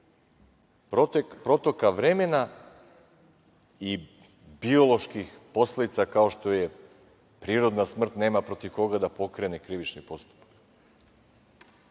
Vučić, i bioloških posledica kao što je prirodna smrt, nema protiv koga da pokrene krivični postupak,